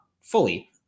fully